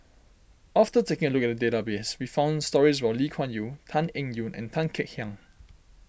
after taking a look at the database we found stories about Lee Kuan Yew Tan Eng Yoon and Tan Kek Hiang